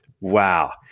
Wow